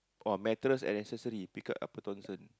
oh mattress and accessory pick up Upper-Thomson